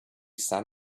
sun